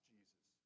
Jesus